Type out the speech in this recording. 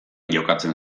jokatzen